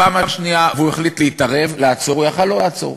והוא החליט להתערב ולעצור, הוא יכול לא לעצור,